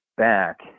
Back